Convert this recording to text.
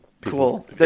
Cool